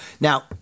now